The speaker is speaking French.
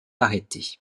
arrêtés